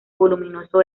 voluminoso